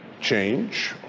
change